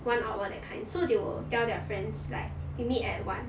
one hour that kind so they will tell their friends like you meet at one